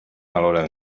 alhora